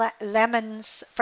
lemons